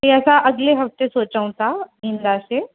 हीअ असां अॻिले हफ़्ते सोचूं था ईंदासीं